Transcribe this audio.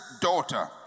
daughter